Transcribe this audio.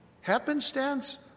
Happenstance